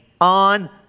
on